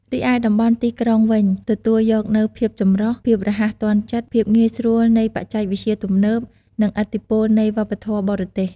រីឯតំបន់ទីក្រុងវិញ ទទួលយកនូវភាពចម្រុះ ភាពរហ័សទាន់ចិត្ត ភាពងាយស្រួលនៃបច្ចេកវិទ្យាទំនើប និងឥទ្ធិពលនៃវប្បធម៌បរទេស។